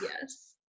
Yes